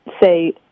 say